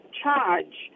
charge